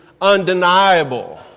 undeniable